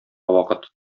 вакыт